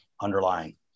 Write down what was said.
underlying